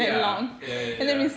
ya ya ya ya